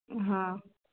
ହଁ